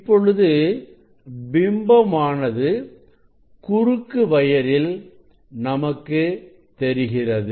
இப்பொழுது பிம்பம் ஆனது குறுக்கு வயரில் நமக்கு தெரிகிறது